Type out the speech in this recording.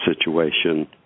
situation